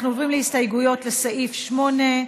אנחנו עוברים להסתייגויות לסעיף 8,